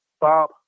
Bob